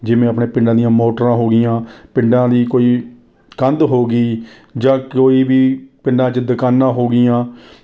ਜਿਵੇਂ ਆਪਣੇ ਪਿੰਡਾਂ ਦੀਆਂ ਮੋਟਰਾਂ ਹੋ ਗਈਆਂ ਪਿੰਡਾਂ ਦੀ ਕੋਈ ਕੰਧ ਹੋ ਗਈ ਜਾਂ ਕੋਈ ਵੀ ਪਿੰਡਾਂ ਵਿੱਚ ਦੁਕਾਨਾਂ ਹੋ ਗਈਆਂ